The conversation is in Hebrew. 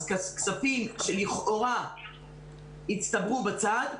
אז כספים שלכאורה הצטברו בצד,